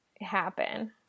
happen